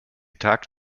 tagt